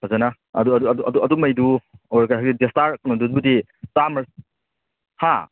ꯐꯖꯅ ꯑꯗꯨꯃꯩꯗꯤ ꯑꯣꯏꯔꯒ ꯗꯦꯁꯇꯥꯔ ꯀꯩꯅꯣꯗꯨꯕꯨꯗꯤ ꯆꯥꯝꯃ ꯍꯥ